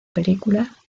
película